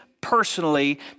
personally